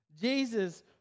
Jesus